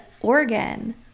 organ